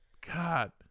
God